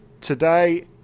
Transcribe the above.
today